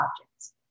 objects